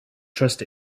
trust